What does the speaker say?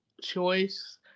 choice